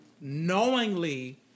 knowingly